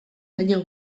baino